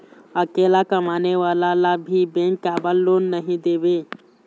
अकेला कमाने वाला ला भी बैंक काबर लोन नहीं देवे?